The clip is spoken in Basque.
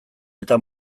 eta